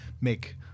make